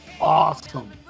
awesome